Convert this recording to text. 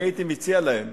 אני הייתי מציע להם